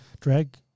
drag